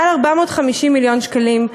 מעל 450 מיליון שקלים,